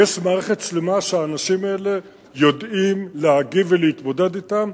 יש מערכת שלמה שאנשים יודעים להגיב ולהתמודד אתם